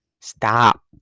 Stop